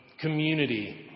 Community